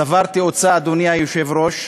צבר תאוצה, אדוני היושב-ראש.